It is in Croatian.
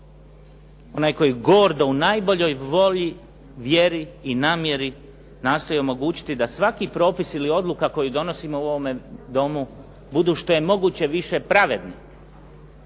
Onaj koji gordo u najboljoj volji, vjeri i namjeri nastoji omogućiti da svaki propis ili odluka koju donosimo u ovome Domu budu što je moguće više pravedni,